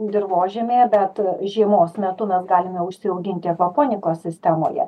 dirvožemyje bet žiemos metu mes galime užsiauginti avaponikos sistemoje